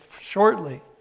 shortly